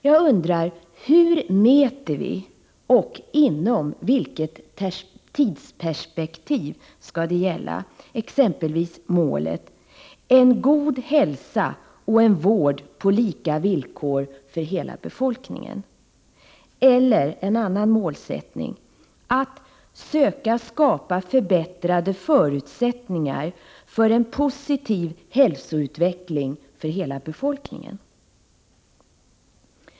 Jag undrar: Hur mäter vi — och inom vilket tidsperspektiv — exempelvis målet ”en god hälsa och en vård på lika villkor för hela befolkningen”, eller att ”söka skapa förbättrade förutsättningar för en positiv hälsoutveckling för hela befolkningen”?